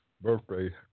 birthday